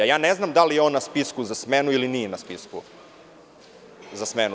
Ne znam da li je on na spisku za smenu ili nije na spisku za smenu.